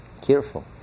careful